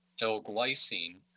L-glycine